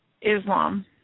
Islam